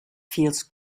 feels